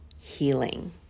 healing